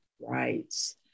rights